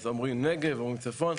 אז אומרים נגב, אומרים צפון,